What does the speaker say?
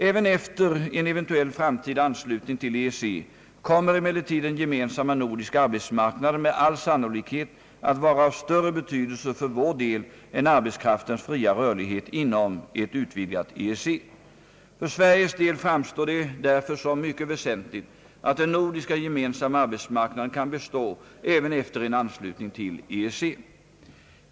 även efter en eventuell framtida anslutning till EEC kommer emellertid den gemensamma nordiska arbetsmarknaden med all sannolikhet att vara av större betydelse för vår del än arbetskraftens fria rörlighet inom ett utvidgat EEC. För Sveriges del framstår det därför som mycket väsentligt att den nordiska gemensamma arbetsmarknaden kan bestå även efter en anslutning till EEC.